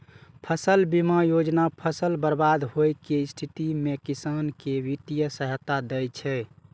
फसल बीमा योजना फसल बर्बाद होइ के स्थिति मे किसान कें वित्तीय सहायता दै छै